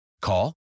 Call